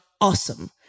awesome